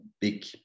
big